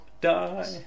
die